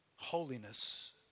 Holiness